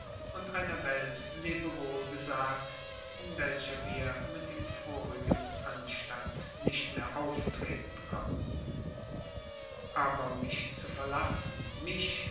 und einer welt lebewohl gesagt in welcher wir mit dem vorigen anstand nicht mehr auftreten konnten aber mich zu verlassen mich